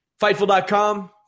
fightful.com